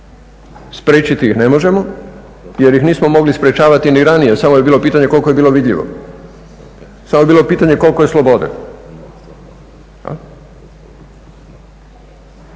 Spriječiti ih ne možemo jer ih nismo mogli sprečavati ni ranije, samo je bilo pitanje koliko je bilo vidljivo, samo je bilo pitanje koliko je slobode